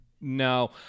No